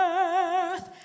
earth